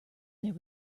there